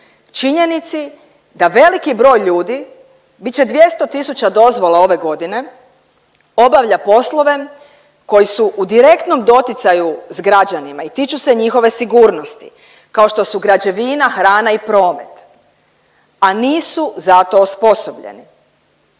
Činjenici da veliki broj ljudi bit će 200 tisuća dozvola ove godine, obavlja poslove koji su u direktnom doticaju s građanima i tiču se njihove sigurnosti kao što su građevina, hrana i promet, a nisu za to osposobljeni.